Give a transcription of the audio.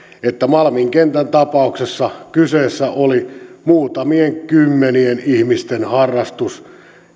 että malmin kentän tapauksessa kyseessä oli muutamien kymmenien ihmisten harrastus